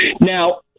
Now